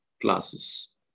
classes